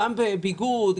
בביגוד,